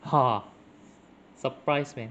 ah surprised man